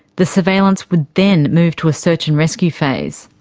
the surveillance would then move to a search and rescue phase.